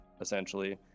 essentially